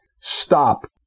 stop